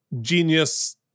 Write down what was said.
genius